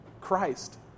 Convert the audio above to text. Christ